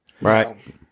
Right